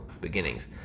beginnings